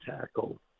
tackle